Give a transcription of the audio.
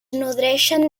nodreixen